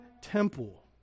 temple